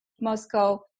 Moscow